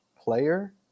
player